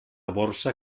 borsa